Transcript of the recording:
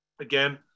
Again